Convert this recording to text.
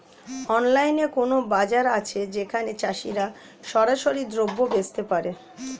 অনলাইনে কোনো বাজার আছে যেখানে চাষিরা সরাসরি দ্রব্য বেচতে পারে?